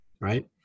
right